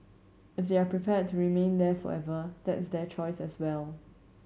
if they are prepared to remain there forever that's their choices as well